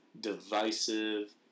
divisive